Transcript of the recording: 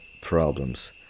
problems